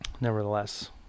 nevertheless